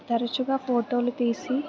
తరచుగా ఫోటోలు తీసి